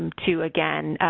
to, again,